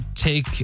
take